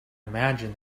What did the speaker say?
imagine